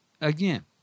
again